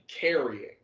carrying